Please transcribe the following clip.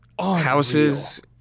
Houses